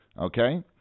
Okay